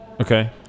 Okay